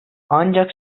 ancak